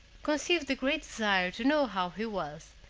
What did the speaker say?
conceived a great desire to know how he was,